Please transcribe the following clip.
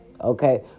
okay